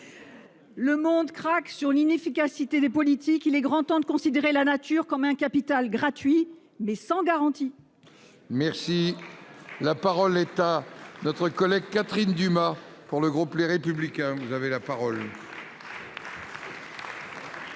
Le monde craque sur l'inefficacité des politiques. Il est grand temps de considérer la nature comme un capital gratuit, mais sans garantie. La parole est à Mme Catherine Dumas, pour le groupe Les Républicains. Monsieur le président,